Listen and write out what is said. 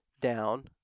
down